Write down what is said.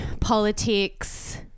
politics